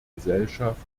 gesellschaft